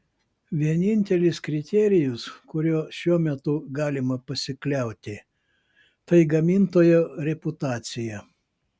vienintelis kriterijus kuriuo šiuo metu galima pasikliauti tai gamintojo reputacija